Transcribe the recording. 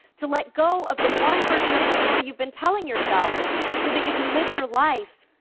to let go of the one version of the story you've been telling yourself so that you can live your life,